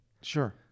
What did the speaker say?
Sure